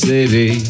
City